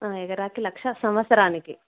ఎగరాక లక్షా సంవత్సరానికి